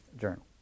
journal